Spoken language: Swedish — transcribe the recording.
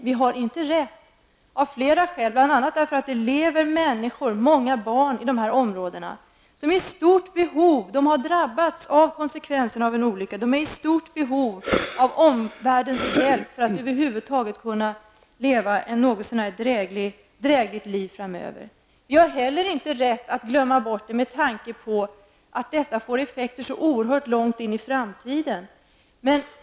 Vi har inte rätt av flera skäl, bl.a. för att det lever människor varav många barn i dessa områden som har drabbats av konsekvenserna av en olycka. De är i stort behov av omvärldens hjälp för att över huvud taget kunna leva ett något så när drägligt liv framöver. Vi har inte heller rätt att förtränga kärnkraften och dess risker med tanke på att dessa får effekter så långt in i framtiden.